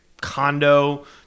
condo